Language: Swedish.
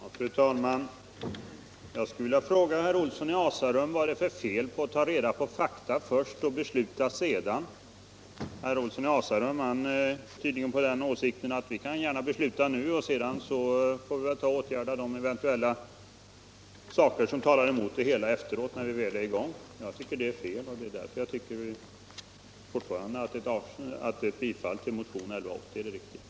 Fru talman! Jag skulle vilja fråga herr Olsson i Asarum vad det är för fel på att ta reda på fakta först och besluta sedan. Herr Olsson tycker tydligen att vi kan besluta nu och åtgärda eventuella felaktigheter efteråt. Jag tycker att det är fel, och därför anser jag fortfarande att ett bifall till motionen är riktigt.